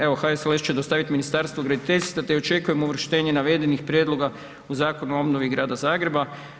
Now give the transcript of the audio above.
Evo HSLS će dostaviti Ministarstvu graditeljstva te očekujemo uvrštenje navedenih prijedloga u Zakonu o obnovi Grada Zagreba.